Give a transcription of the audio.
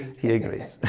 he agrees.